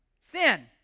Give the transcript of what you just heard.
Sin